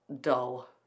dull